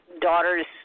daughter's